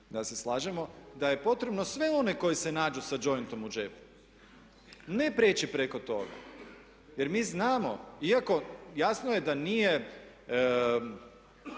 da se slažemo, da je potrebno sve one koji se nađu sa jointom u džepu ne prijeći preko toga jer mi znamo iako jasno je da nije